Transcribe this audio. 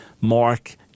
Mark